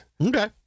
Okay